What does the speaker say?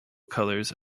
colors